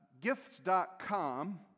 gifts.com